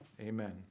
Amen